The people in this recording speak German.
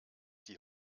die